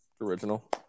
original